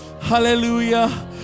hallelujah